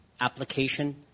application